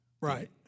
Right